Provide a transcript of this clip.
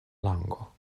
lango